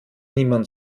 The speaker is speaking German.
niemand